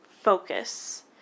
focus